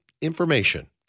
Information